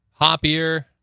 hoppier